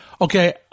okay